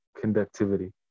conductivity